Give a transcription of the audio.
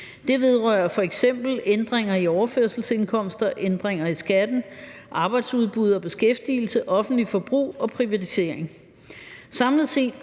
Det vedrører f.eks. ændringer i overførselsindkomster, ændringer i skatten, arbejdsudbud og beskæftigelse, offentligt forbrug og privatisering.